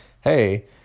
hey